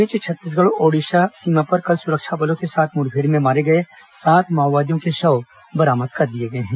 इस बीच छत्तीसगढ़ और ओडिशा सीमा पर कल सुरक्षा बलों के साथ मुठभेड़ में मारे गए सात माओवादियों के शव बरामद कर लिए गए हैं